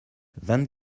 vint